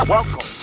Welcome